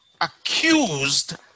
accused